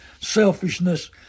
selfishness